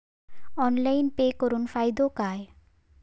Online pay करुन फायदो काय?